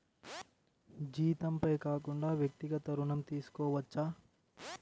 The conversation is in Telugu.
జీతంపై కాకుండా వ్యక్తిగత ఋణం తీసుకోవచ్చా?